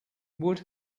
would